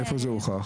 איפה זה הוכח?